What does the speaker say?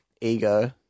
ego